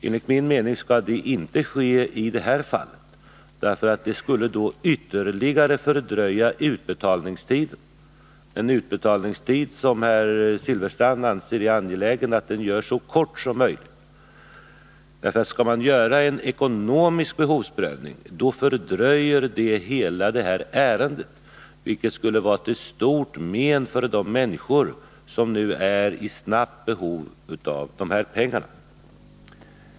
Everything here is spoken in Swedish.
Enligt min mening skall det inte ske i detta fall, då det ytterligare skulle fördröja utbetalningstidpunkten. Herr Silfverstrand anser ju att det är angeläget att tiden mellan ansökan och utbetalningstidpunkten görs så kort som möjligt. Om det görs en ekonomisk behovsprövning, fördröjer detta hela ärendet, vilket skulle vara till stort men för de människor som är i akut behov av dessa pengar.